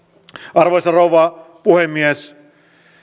arvoisa rouva puhemies